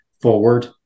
forward